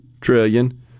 trillion